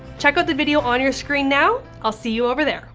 check out the video on your screen now. i'll see you over there.